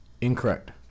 incorrect